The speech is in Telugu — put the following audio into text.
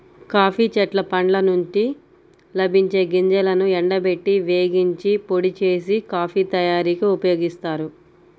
కాఫీ చెట్ల పండ్ల నుండి లభించే గింజలను ఎండబెట్టి, వేగించి, పొడి చేసి, కాఫీ తయారీకి ఉపయోగిస్తారు